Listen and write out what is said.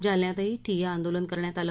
जालन्यातही ठिय्या आंदोलन करण्यात आलं